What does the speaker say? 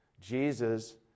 Jesus